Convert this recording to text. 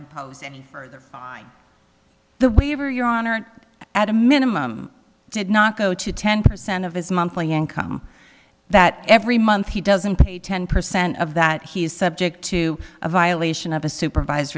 impose any further fine the waiver your honor at a minimum did not go to ten percent of his monthly income that every month he doesn't pay ten percent of that he is subject to a violation of a supervised